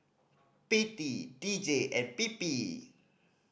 P T D J and P P